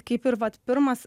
kaip ir vat pirmas